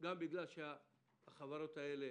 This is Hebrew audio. בגלל שהחברות האלה